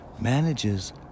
manages